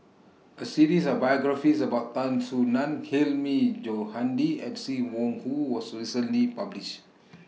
A series of biographies about Tan Soo NAN Hilmi Johandi and SIM Wong Hoo was recently published